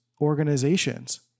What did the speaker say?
organizations